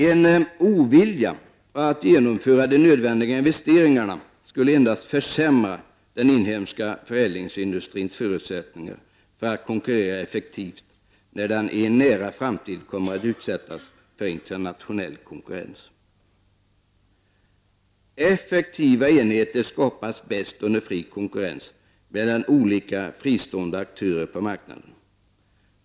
En ovilja att genomföra de nödvändiga effektiviseringarna skulle endast försämra den inhemska förädlingsindustrins förutsättningar att konkurrera effektivt när den i en nära framtid kommer att utsättas för internationell konkurrens. Effektiva enheter skapas bäst under fri konkurrens mellan olika fristående aktörer på marknaden.